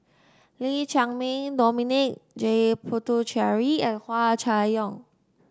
Lee Chiaw Meng Dominic J Puthucheary and Hua Chai Yong